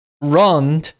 run